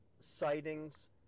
sightings